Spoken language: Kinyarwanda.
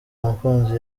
umukunzi